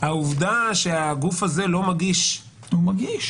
העובדה שהגוף הזה לא מגיש- -- הוא מגיש.